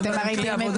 אתם הרי תלמדו.